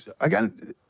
again